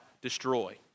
destroy